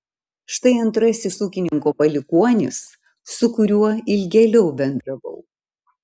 štai antrasis ūkininko palikuonis su kuriuo ilgėliau bendravau